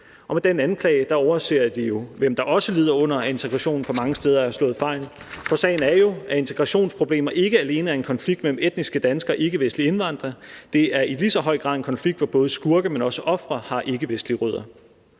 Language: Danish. Og med den anklage overser de jo, hvem der også lider under, at integrationen for mange steder er slået fejl. For sagen er jo, at integrationsproblemer ikke alene er en konflikt mellem etniske danskere og ikkevestlige indvandrere. Det er i lige så høj grad en konflikt, hvor både skurke, men også ofre, har ikkevestlige rødder,